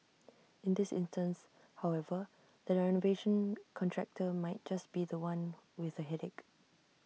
in this instance however the renovation contractor might just be The One with A headache